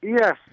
Yes